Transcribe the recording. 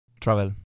Travel